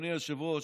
אדוני היושב-ראש,